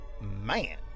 man